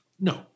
No